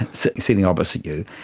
and sitting sitting opposite you,